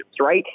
right